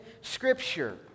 Scripture